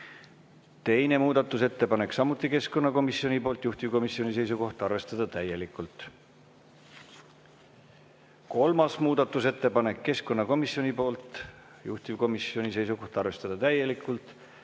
Teine muudatusettepanek, samuti keskkonnakomisjonilt, juhtivkomisjoni seisukoht: arvestada täielikult. Kolmas muudatusettepanek, keskkonnakomisjonilt, juhtivkomisjoni seisukoht: arvestada täielikult.